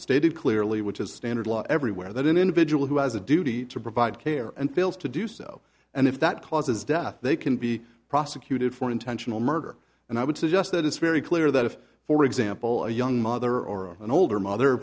stated clearly which is standard law everywhere that an individual who has a duty to provide care and fails to do so and if that causes death they can be prosecuted for intentional murder and i would suggest that it's very clear that if for example a young mother or an older mother